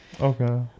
okay